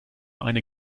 eine